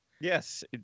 Yes